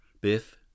biff